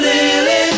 Lily